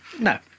no